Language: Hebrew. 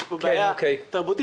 יש פה בעיה תרבותית.